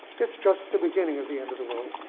it's just the beginning of the end of the world.